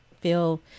feel